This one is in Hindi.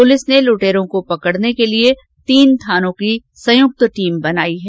पुलिस ने लुटेरो को पकड़ने के लिए तीन थानों की संयुक्त टीम बनाई है